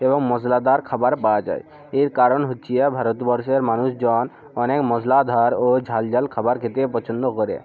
এবং মশলাদার খাবার পাওয়া যায় এর কারণ হচ্ছে ভারতবর্ষের মানুষজন অনেক মশলাদার ও ঝালঝাল খাবার খেতে পছন্দ করে